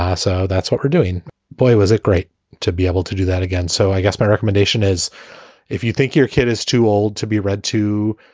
so that's what we're doing boy, was it great to be able to do that again. so i guess my recommendation is if you think your kid is too old to be read to,